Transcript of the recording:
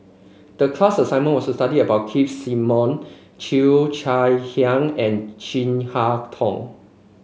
the class assignment was to study about Keith Simmon Cheo Chai Hiang and Chin Harn Tong